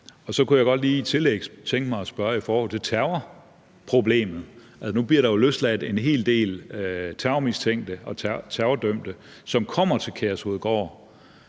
Så kunne jeg i tillæg hertil godt lige tænke mig at spørge i forhold til terrorproblemet. Nu bliver der jo løsladt en hel del terrormistænkte og terrordømte, som kommer til Kærshovedgård.